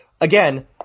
Again